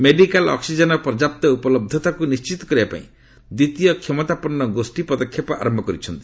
medical ଅକ୍ଟିଜେନର ପର୍ଯ୍ୟାପ୍ତ ଉପଲହତାକୁ ନିଶ୍ଚିତ କରିବା ପାଇଁ ଦ୍ୱିତୀୟ କ୍ଷମତାପନ୍ନ ଗୋଷ୍ଠୀ ପଦକ୍ଷେପ ଆରମ୍ଭ କରିଛନ୍ତି